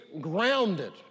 grounded